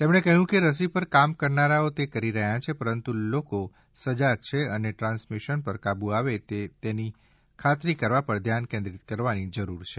તેમણે કહ્યું કે રસી પર કામ કરનારાઓ તે કરી રહ્યા છે પરંતુ લોકો સજાગ છે અને ટ્રાન્સમિશન પર કાબૂ આવે છે તેની ખાતરી કરવા પર ધ્યાન કેન્દ્રિત કરવાની જરૂર છે